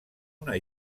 una